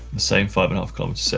the same five and half um so